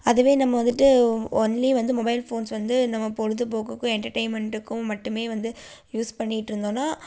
அதுவே நம்ம வந்துட்டு ஒன்லி வந்து மொபைல் ஃபோன்ஸ் வந்து நம்ம பொழுபோக்குக்கும் எண்டர்டைமெண்டுக்கும் மட்டுமே வந்து யூஸ் பண்ணிட்டு இருந்தோனாம்